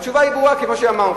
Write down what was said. התשובה ברורה, כמו שאמרנו.